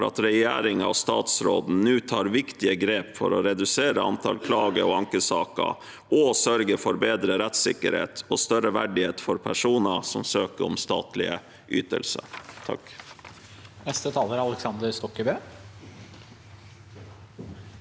at regjeringen og statsråden nå tar viktige grep for å redusere antallet klager og ankesaker og sørge for bedre rettssikkerhet og større verdighet for personer som søker om statlige ytelser.